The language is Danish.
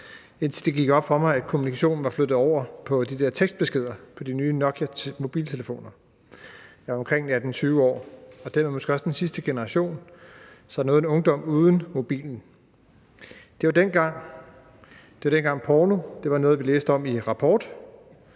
indtil det gik op for mig, at kommunikationen var flyttet over på de der tekstbeskeder på de nye Nokiamobiltelefoner. Jeg var omkring 18-20 år og derved måske også den sidste generation, som nåede en ungdom uden mobilen. Det var dengang, porno var noget, vi læste om i Rapport,